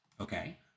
Okay